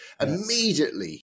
Immediately